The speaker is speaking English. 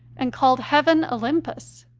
and called heaven olympus.